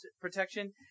protection